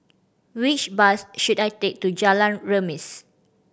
which bus should I take to Jalan Remis